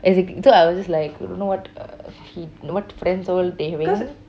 exactly so I was just like don't know what to uh he what friends they having